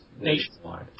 nationwide